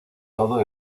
todo